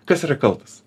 kas yra kaltas